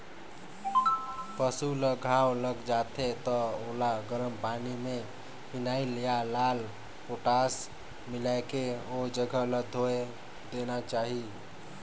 पसु ल घांव लग जाथे त ओला गरम पानी में फिनाइल या लाल पोटास मिलायके ओ जघा ल धोय देना चाही